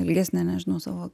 ilgesnę nežinau savo